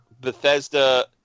Bethesda